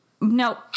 No